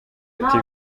ati